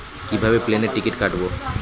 কিভাবে প্লেনের টিকিট কাটব?